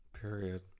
Period